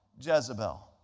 Jezebel